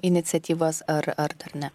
iniciatyvas ar ar dar ne